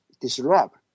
Disrupt